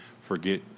forget